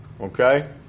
Okay